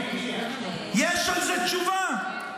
יש על זה תשובה?